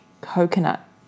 coconut